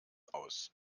aus